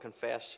confess